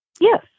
Yes